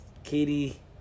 Katie